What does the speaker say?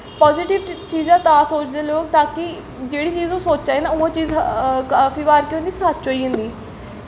positive चीज़ां तां सोचदे लोक तां कि जेह्ड़ी चीज़ सोचा दे न उ'ऐ चीज काफी बार केह् होंदी सच्च होई जंदी ऐ